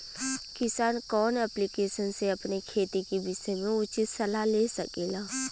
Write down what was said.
किसान कवन ऐप्लिकेशन से अपने खेती के विषय मे उचित सलाह ले सकेला?